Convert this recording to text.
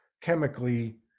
chemically